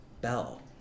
bell